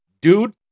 dude